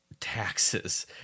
taxes